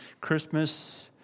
Christmas